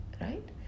right